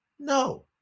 No